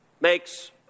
makes